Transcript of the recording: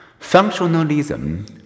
Functionalism